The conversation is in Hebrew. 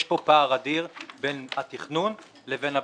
יש פה פער אדיר בין התכנון לבין הביצוע.